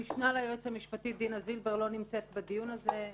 המשנה ליועץ המשפטי דינה זילבר לא נמצאת בדיון הזה.